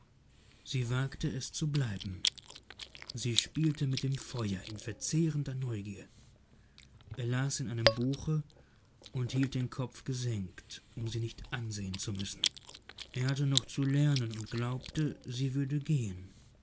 sie wagte es zu bleiben sie spielte mit dem feuer in verzehrender neugier er las in einem buche und hielt den kopf gesenkt um sie nicht ansehen zu müssen er hatte noch zu lernen und glaubte sie würde gehen